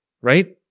right